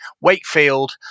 Wakefield